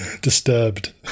disturbed